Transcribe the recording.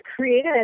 created